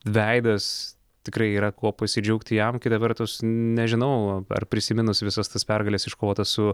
veidas tikrai yra kuo pasidžiaugti jam kita vertus nežinau ar prisiminus visas tas pergales iškovotas su